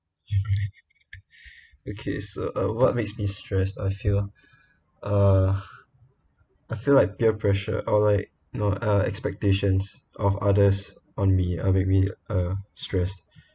okay so uh what makes me stressed I feel uh I feel like peer pressure or like you know expectations of others on me uh maybe uh stress